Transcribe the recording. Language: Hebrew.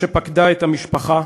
שפקדה את המשפחה.